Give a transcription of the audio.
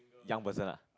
young person ah